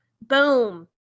Boom